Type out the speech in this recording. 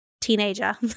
teenager